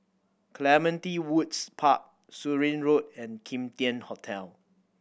Clementi Woods Park Surin Road and Kim Tian Hotel